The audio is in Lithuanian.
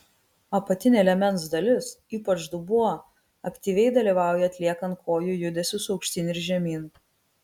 apatinė liemens dalis ypač dubuo aktyviai dalyvauja atliekant kojų judesius aukštyn ir žemyn